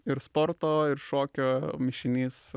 ir sporto ir šokio mišinys